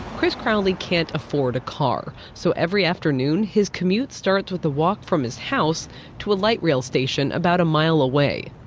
chris crowley can't afford a car. so every afternoon his commute starts with a walk from his house to a light rail station about a mile away.